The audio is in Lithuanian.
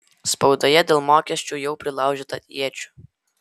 spaudoje dėl mokesčių jau prilaužyta iečių